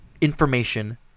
information